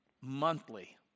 monthly